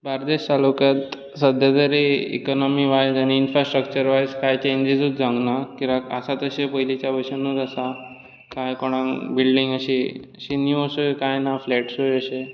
बार्देस तालुक्यांत सद्या तरी इकॉनॉमी वायज आनी इंन्फ्रासट्रक्चर वायज काय चेंजीसूच जावंक ना कित्याक आसा तशें पयलींच्या बशेंनूच आसा काय कोणाक बिल्डींग अशी नीवशें कांय ना फ्लेस्टसूय अशे